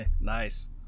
Nice